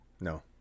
No